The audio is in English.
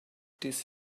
this